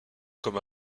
comme